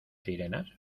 sirenas